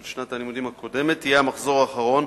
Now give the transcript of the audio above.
של שנת הלימודים הקודמת, יהיה המחזור האחרון